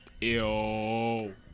Ew